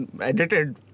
edited